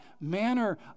manner